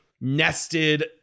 nested